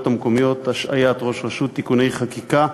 המקומיות (השעיית ראש רשות) (תיקוני חקיקה).